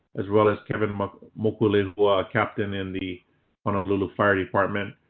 as well as kevin mokulehua, captain in the honolulu fire department.